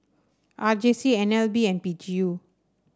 R J C N L B and P G U